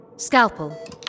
Scalpel